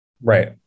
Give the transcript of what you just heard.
Right